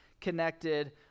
connected